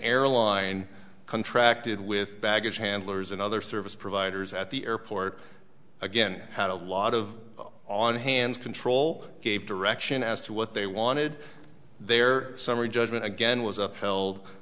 airline contracted with baggage handlers and other service providers at the airport again had a lot of on hands control gave direction as to what they wanted their summary judgment again was upheld